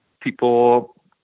people